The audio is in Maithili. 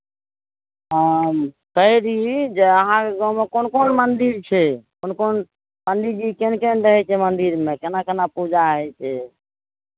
हँ कहि दिही जे अहाँके गाँवमे कोन कोन मन्दिर छै कोन कोन पण्डितजी केहन केहन रहै छै मन्दिरमे केना केना पूजा होइ छै